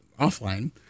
offline